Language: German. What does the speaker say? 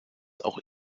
auch